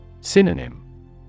Synonym